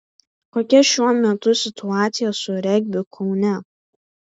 kokia šiuo metu situacija su regbiu kaune